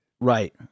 Right